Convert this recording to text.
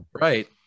right